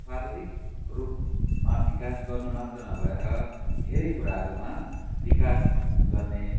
शारीरिक रूपमा विकास गर्नु मात्र नभएर धेरै कुराहरूमा विकास गर्ने